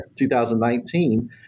2019